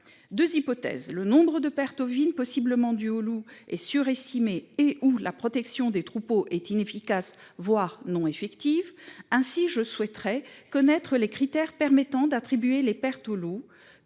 Deux hypothèses : soit le nombre de pertes ovines possiblement dues aux loups est surestimé, soit la protection des troupeaux est inefficace, voire non effective. Ainsi, M. Bazin souhaiterait connaître : les critères permettant d'attribuer les pertes au loup